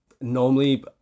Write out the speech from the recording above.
normally